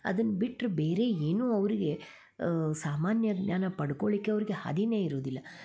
ಅದನ್ನ ಬಿಟ್ಟರು ಬೇರೆ ಏನು ಅವರಿಗೆ ಸಾಮಾನ್ಯ ಜ್ಞಾನ ಪಡ್ಕೊಳ್ಲಿಕ್ಕೆ ಅವರಿಗೆ ಹಾದಿನೇ ಇರೋದಿಲ್ಲ